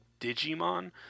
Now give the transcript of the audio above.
Digimon